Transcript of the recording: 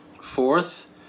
Fourth